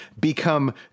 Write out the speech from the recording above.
become